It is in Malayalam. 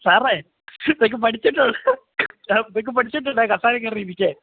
സാറേ ഇതൊക്കെ പഠിച്ചിട്ട് സാർ ഇതൊക്കെ പഠിച്ചിട്ട് വേണ്ടെ കസേരയില് കയറിയിരിക്കാൻ